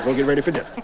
get ready for dinner.